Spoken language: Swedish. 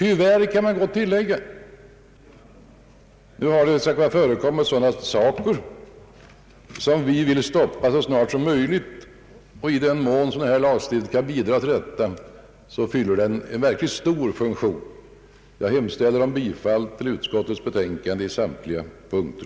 Här har som sagt förekommit sådant som vi vill stoppa så snart som möjligt. I den mån denna nya lagstiftning kan bidra härtill fyller den en verkligt angelägen uppgift. Jag yrkar bifall till utskottets hemställan i samtliga punkter.